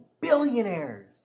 billionaires